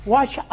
Watch